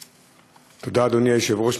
תודה, אדוני היושב-ראש.